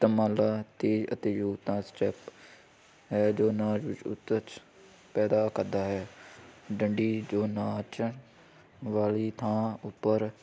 ਧਮਾਲ ਅਤੇ ਅਤੇ ਯੋਗਦਾਨ ਸਟੈਪ ਹੈ ਜੋ ਨਾਚ ਵਿੱਚ ਪੈਦਾ ਕਰਦਾ ਹੈ ਡੰਡੀ ਜੋ ਨਾਚ ਵਾਲੀ ਥਾਂ ਉੱਪਰ